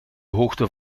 hoogte